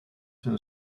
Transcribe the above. soon